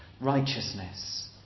Righteousness